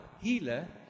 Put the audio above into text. healer